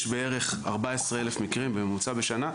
יש בערך 14,000 מקרים בממוצע בשנה,